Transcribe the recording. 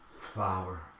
Flower